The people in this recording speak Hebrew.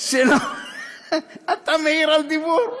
אתה מעיר על דיבור?